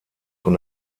von